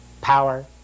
power